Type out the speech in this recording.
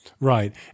Right